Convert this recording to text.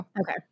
Okay